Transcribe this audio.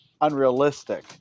unrealistic